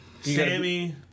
Sammy